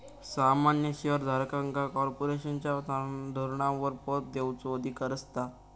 सामान्य शेयर धारकांका कॉर्पोरेशनच्या धोरणांवर मत देवचो अधिकार असता